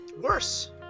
worse